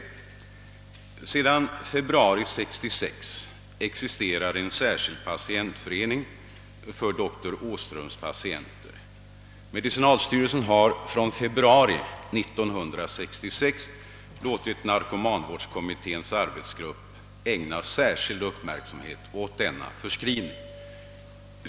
Sedan februari 1966 existerar en särskild patientförening för doktor Åhströms klienter, och medicinalstyrelsen har låtit narkomanvårdskommitténs arbetsgrupp ägna särskild uppmärksamhet åt denna förskrivning.